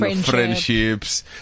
friendships